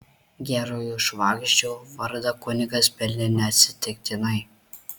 gerojo švagždžio vardą kunigas pelnė neatsitiktinai